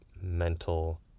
mental